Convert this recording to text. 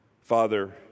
Father